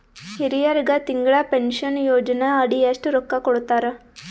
ಹಿರಿಯರಗ ತಿಂಗಳ ಪೀನಷನಯೋಜನ ಅಡಿ ಎಷ್ಟ ರೊಕ್ಕ ಕೊಡತಾರ?